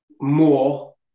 more